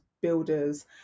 builders